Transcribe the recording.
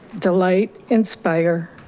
delight, inspire.